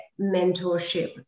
mentorship